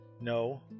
No